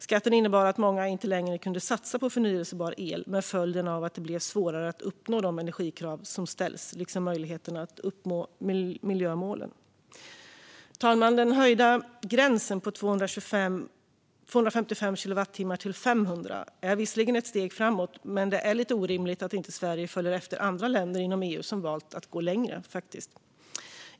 Skatten innebar att många inte längre kunde satsa på förnybar el, med följden att det blev svårare att uppnå de energikrav som ställs liksom möjligheten att uppnå miljömålen. Fru talman! Den höjda gränsen från 255 kilowattimmar till 500 kilowattimmar är visserligen ett steg framåt, men det är orimligt att inte Sverige följer efter andra länder inom EU som har valt att gå längre.